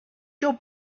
your